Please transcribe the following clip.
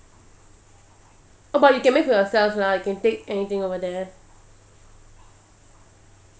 oh but you can make for yourselves lah you can take anything over there